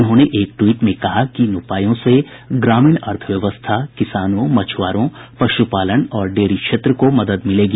उन्होंने एक ट्वीट में कहा कि इन उपायों से ग्रामीण अर्थव्यवस्था किसानों मछुआरों पशुपालन और डेयरी क्षेत्र को मदद मिलेगी